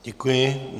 Děkuji.